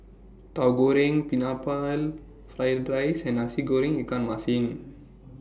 Tauhu Goreng Pineapple Fried Rice and Nasi Goreng Ikan Masin